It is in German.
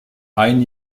ein